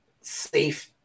safe